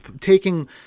taking